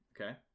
okay